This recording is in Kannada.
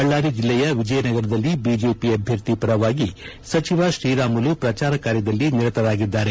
ಬಳ್ಳಾರಿ ಜಿಲ್ಲೆಯ ವಿಜಯನಗರದಲ್ಲಿ ಬಿಜೆಪಿ ಅಭ್ಯರ್ಥಿ ಪರವಾಗಿ ಸಚಿವ ಶ್ರೀರಾಮುಲು ಪ್ರಚಾರ ಕಾರ್ಯದಲ್ಲಿ ನಿರತವಾಗಿದ್ದಾರೆ